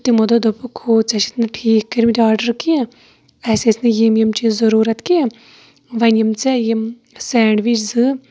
تہٕ تِمو دوپ دوپُکھ ہو ژےٚ چھُتھ نہٕ ٹھیٖک کٔرمٕتۍ آرڈَر کینٛہہ اَسہِ ٲسۍ نہٕ یِم یِم چیٖز ضروٗرت کینٛہہ وۄنۍ یِم ژےٚ یِم سینٛڈوِچ زٕ